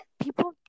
people